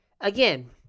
again